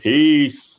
Peace